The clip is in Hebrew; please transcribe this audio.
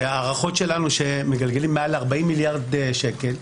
שההערכות שלנו שהם מגלגלים מעל 40 מיליארד שקל.